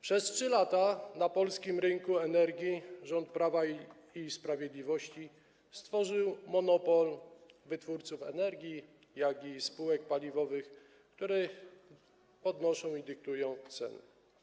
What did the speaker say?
Przez 3 lata na polskim rynku energii rząd Prawa i Sprawiedliwości stworzył monopol wytwórców energii i spółek paliwowych, którzy podnoszą i dyktują ceny.